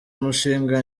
umushinga